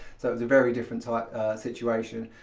so it was a very different situation.